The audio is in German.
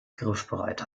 griffbereit